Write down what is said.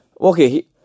Okay